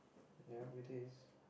ya it is